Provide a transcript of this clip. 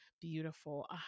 beautiful